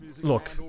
look